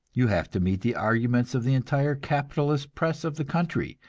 you have to meet the arguments of the entire capitalist press of the country,